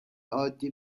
عادی